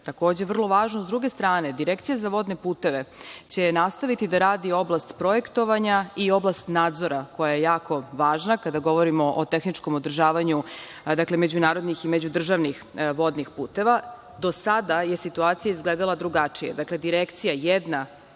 takođe vrlo važno. Sa druge strane, Direkcija za vodne puteve će nastaviti da radi oblast projektovanja i oblast nadzora koja je jako važna, kada govorimo o tehničkom održavanju međunarodni i međudržavnih vodnih puteva. Do sada je situacija izgledala drugačije.